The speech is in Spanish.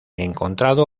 encontrado